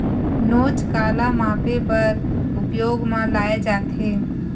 नोच काला मापे बर उपयोग म लाये जाथे?